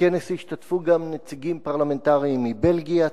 בכנס השתתפו גם נציגים פרלמנטריים מבלגיה,